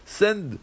send